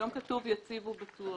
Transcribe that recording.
היום כתוב: "יציב ובטוח".